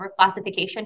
overclassification